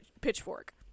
pitchfork